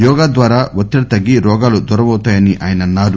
యోగ ద్వారా వత్తిడి తగ్గి రోగాలు దూరమవుతాయని అన్నారు